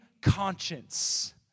conscience